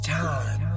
time